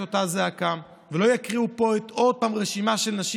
אותה זעקה ולא יקריאו פה עוד פעם רשימה של נשים,